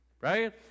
right